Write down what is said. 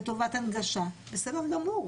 לטובת הנגשה בסדר גמור,